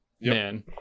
Man